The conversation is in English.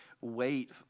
wait